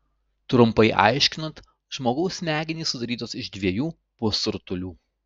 trumpai aiškinant žmogaus smegenys sudarytos iš dviejų pusrutulių